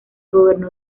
gobernó